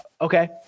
okay